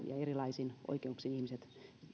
ja erilaisin oikeuksin ihmiset